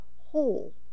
whole